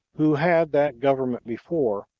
who had that government before,